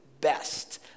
best